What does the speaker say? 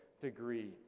degree